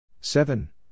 seven